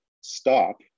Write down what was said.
stop